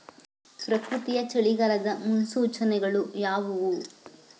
ಪ್ರಕೃತಿಯ ಚಳಿಗಾಲದ ಮುನ್ಸೂಚನೆಗಳು ಯಾವುವು?